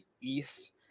East